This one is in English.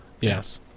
yes